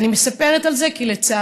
אני מספרת על זה כי לצערי,